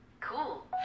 Cool